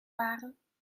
waren